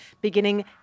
beginning